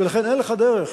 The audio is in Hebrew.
ולכן, אין לך דרך